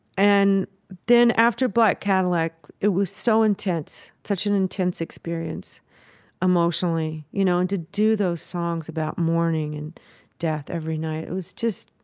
and then after black cadillac, it was so intense, such an intense experience emotionally, you know, and to do those songs about mourning and death every night it was just